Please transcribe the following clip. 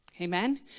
Amen